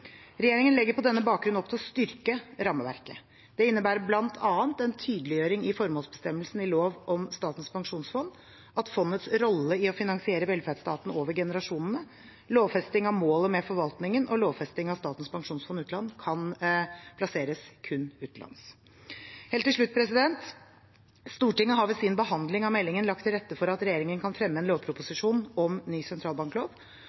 Regjeringen legger på denne bakgrunn opp til å styrke rammeverket. Det innebærer bl.a. en tydeliggjøring i formålsbestemmelsen i lov om Statens pensjonsfond av fondets rolle i å finansiere velferdsstaten over generasjonene, lovfesting av målet med forvaltningen og lovfesting av at Statens pensjonsfond utland kan plasseres kun utenlands. Helt til slutt: Stortinget har ved sin behandling av meldingen lagt til rette for at regjeringen kan fremme en lovproposisjon om ny sentralbanklov